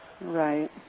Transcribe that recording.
right